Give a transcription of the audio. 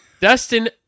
Dustin